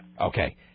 Okay